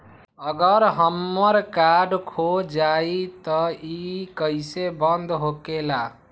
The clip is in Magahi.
अगर हमर कार्ड खो जाई त इ कईसे बंद होकेला?